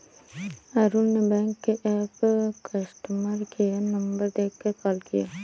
अरुण ने बैंक के app customer care number देखकर कॉल किया